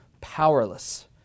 powerless